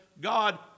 God